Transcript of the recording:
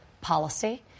policy